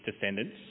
descendants